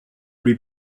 lui